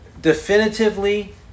definitively